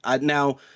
Now